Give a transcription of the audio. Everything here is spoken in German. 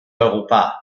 europa